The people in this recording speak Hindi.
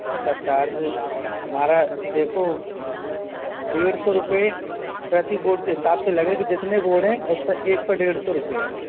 इसका चार्ज हमारा देखो डेढ़ सौ रुपये प्रति बोर्ड के हिसाब से लगेगी जितने बोर्ड है उसका एक पर डेढ़ सौ रुपये है